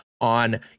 on